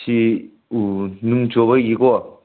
ꯁꯤ ꯅꯣꯡ ꯆꯨꯕꯒꯤꯀꯣ